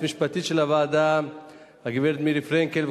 המשפטית של הוועדה הגברת מירי פרנקל-שור,